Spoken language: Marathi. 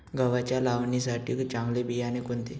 गव्हाच्या लावणीसाठी चांगले बियाणे कोणते?